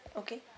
okay